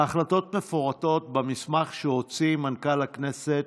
ההחלטות מפורטות במסמך שהוציא מנכ"ל הכנסת